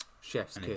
chef's